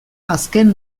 azken